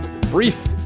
brief